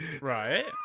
right